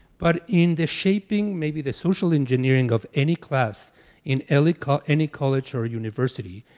but in the shaping, maybe the social engineering of any class in any college any college or university,